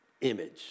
image